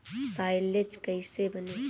Silage कईसे बनी?